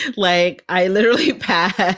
like, i literally pass